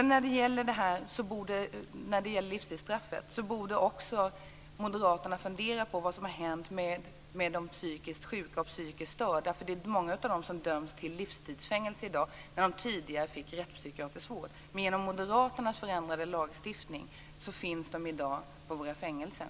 När det sedan gäller livstidsstraffet borde moderaterna fundera på vad som hänt med de psykiskt sjuka och de psykiskt störda, för många av dem döms till livstidsfängelse i dag när de tidigare fick rättspsykiatrisk vård. Med moderaternas förändrade lagstiftning finns de i dag på våra fängelser.